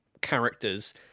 characters